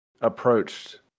approached